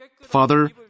Father